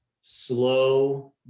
slow